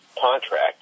contract